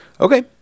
Okay